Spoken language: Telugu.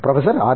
professor R